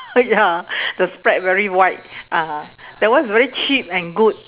ya the spread very wide ah that one is very cheap and good